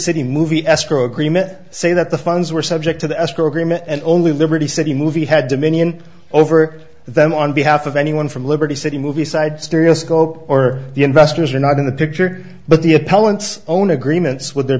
city movie escrow agreement say that the funds were subject to the escrow agreement and only liberty city movie had dominion over them on behalf of anyone from liberty city movie side stereoscope or the investors are not in the picture but the appellant's own agreements with their